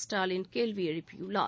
ஸ்டாலின் கேள்வி எழுப்பியுள்ளார்